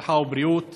הרווחה והבריאות